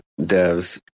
devs